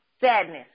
Sadness